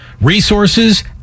resources